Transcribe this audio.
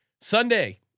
Sunday